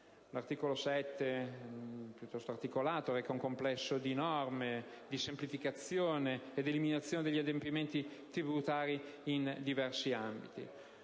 L'articolo 7 reca un complesso di norme di semplificazione ed eliminazione degli adempimenti tributari in diversi ambiti.